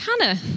Hannah